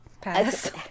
pass